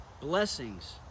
Blessings